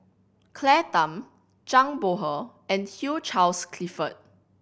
Claire Tham Zhang Bohe and Hugh Charles Clifford